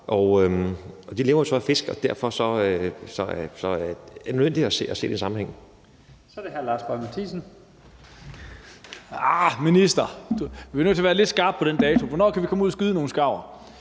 og de lever jo så af fisk, og derfor er det nødvendigt at se det i en sammenhæng.